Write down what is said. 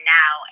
now